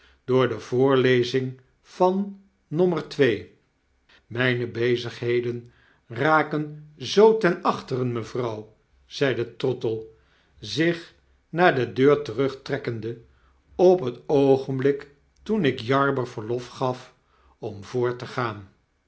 door de voorlezing van nommer twee mijne bezigheden raken zoo ten achteren mevrouw zeide trottle zich naar dedeurterugtrekkende op het oogenblik toen ik jarber verlof gaf om voort te gaan